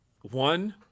one